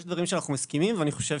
יש דברים שאנחנו מסכימים ואני חושב